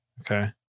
Okay